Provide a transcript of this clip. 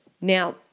Now